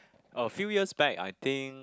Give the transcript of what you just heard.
a few years back I think